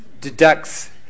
deducts